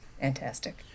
fantastic